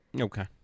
Okay